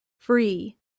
free